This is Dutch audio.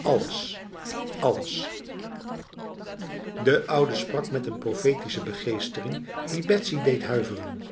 alles allesb alles de oude sprak met een profetische begeestering die betsy deed huiveren